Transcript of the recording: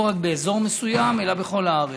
לא רק באזור מסוים, אלא בכל הארץ.